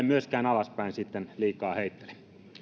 myöskään alaspäin sitten liikaa heittele